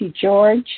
George